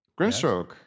Grimstroke